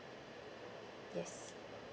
yes